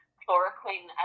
chloroquine